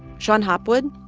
shon hopwood,